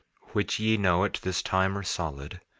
which ye know at this time are solid,